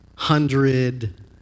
hundred